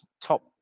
top